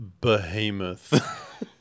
behemoth